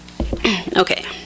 Okay